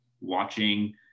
watching